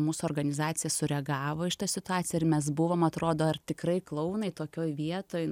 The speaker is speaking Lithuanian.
mūsų organizacija sureagavo į šitą situaciją ir mes buvom atrodo ir tikrai klounai tokioj vietoj